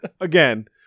again